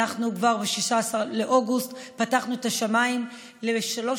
אנחנו כבר ב-16 באוגוסט פתחנו את השמיים לשלוש